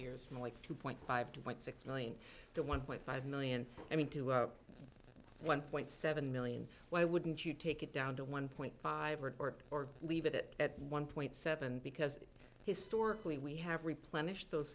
years from like two point five two point six million to one point five million i mean to one point seven million why wouldn't you take it down to one point five or more or leave it at one point seven because historically we have replenished those